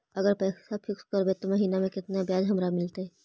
अगर पैसा फिक्स करबै त महिना मे केतना ब्याज हमरा मिलतै?